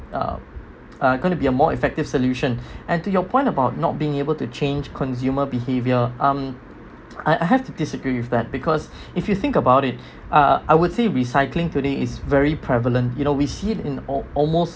uh gonna be a more effective solution and to your point about not being able to change consumer behavior um I have to disagree with that because if you think about it uh I would say recycling today is very prevalent you know we see it in al~ almost